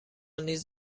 نیز